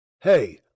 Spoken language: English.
hey